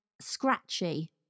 scratchy